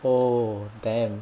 oh damn